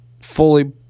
fully